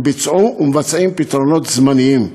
הם ביצעו ומבצעים פתרונות זמניים.